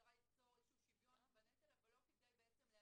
במטרה ליצור איזשהו שוויון בנטל אבל לא כדי לאיין